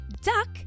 Duck